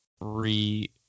re